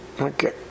Okay